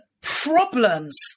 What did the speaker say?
problems